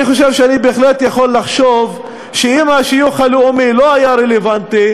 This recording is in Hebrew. אני חושב שאני בהחלט יכול לחשוב שאם השיוך הלאומי לא היה רלוונטי,